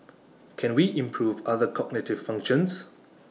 can we improve other cognitive functions